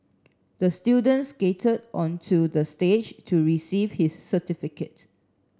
the student skated onto the stage to receive his certificate